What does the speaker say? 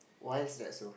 why is that so